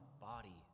body